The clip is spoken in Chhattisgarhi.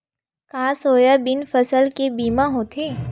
का सोयाबीन फसल के बीमा होथे?